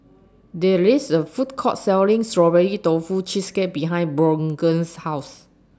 There IS A Food Court Selling Strawberry Tofu Cheesecake behind Brogan's House